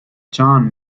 john